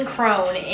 Crone